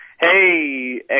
Hey